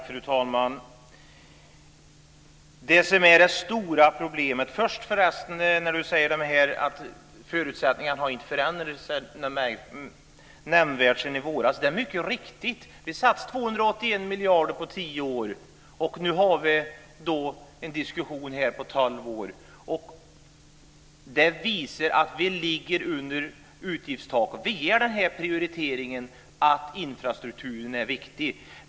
Fru talman! Hans Stenberg säger att förutsättningarna inte har förändrats nämnvärt sedan i våras, och det är mycket riktigt så. Vi satsade 281 miljarder för en period av tio år. Nu har vi en diskussion här om tolv år. Det visar att vi ligger under utgiftstaket. Vi gör prioriteringen att infrastrukturen är viktig.